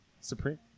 Supreme